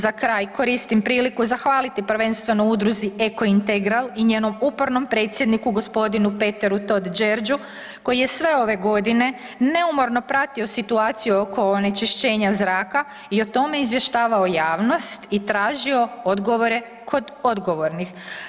Za kraj koristim priliku zahvaliti prvenstveno udruzi Eko-Integral i njenom upornom predsjedniku g. Peteru Tot-Đerđu koji je sve ove godine neumorno pratio situaciju oko onečišćenja zraka i o tome izvještavao javnost i tražio odgovore kod odgovornih.